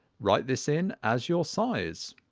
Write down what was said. write this in as your size,